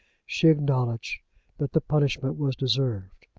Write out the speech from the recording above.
she acknowledged that the punishment was deserved.